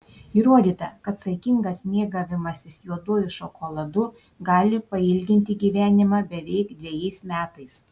įrodyta kad saikingas mėgavimasis juoduoju šokoladu gali pailginti gyvenimą beveik dvejais metais